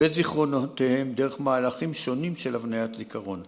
‫בזיכרונותיהם דרך מהלכים שונים ‫של הבניית זיכרון.